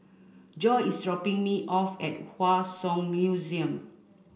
Joi is dropping me off at Hua Song Museum